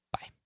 Bye